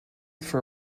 for